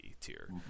tier